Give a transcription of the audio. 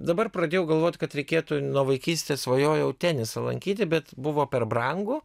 dabar pradėjau galvot kad reikėtų nuo vaikystės svajojau tenisą lankyti bet buvo per brangu